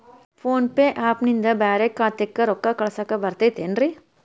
Phone pay app ನಿಂದ ಬ್ಯಾರೆ ಖಾತೆಕ್ ರೊಕ್ಕಾ ಕಳಸಾಕ್ ಬರತೈತೇನ್ರೇ?